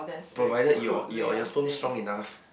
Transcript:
provided your your your sperm strong enough